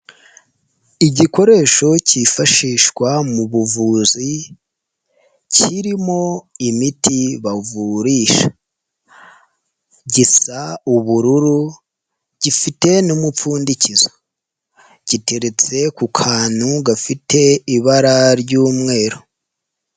Igikoresho cyifashishwa mu buvuzi, kirimo imiti bavurisha, gisa ubururu, gifite n'umupfundikizo, giteretse ku kantu gafite ibara ry'umweru.